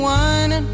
one